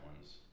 ones